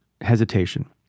hesitation